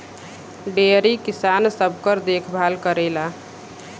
dairy किसान सबकर देखभाल करेला